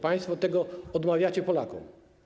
Państwo tego odmawiacie Polakom.